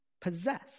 possess